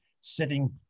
sitting